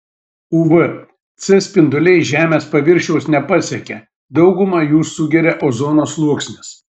uv c spinduliai žemės paviršiaus nepasiekia daugumą jų sugeria ozono sluoksnis